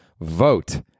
vote